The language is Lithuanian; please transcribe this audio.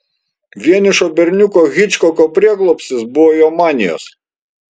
vienišo berniuko hičkoko prieglobstis buvo jo manijos